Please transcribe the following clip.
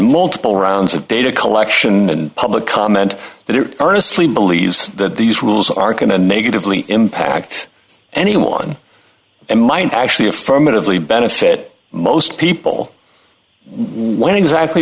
multiple rounds of data collection and public comment that it earnestly believes that these rules are going to negatively impact anyone and mine actually affirmatively benefit most people when exactly